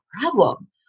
problem